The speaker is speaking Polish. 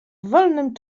wolnym